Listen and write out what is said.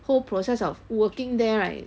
whole process of working there right